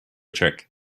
trick